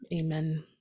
Amen